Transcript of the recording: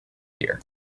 here